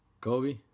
Kobe